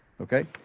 Okay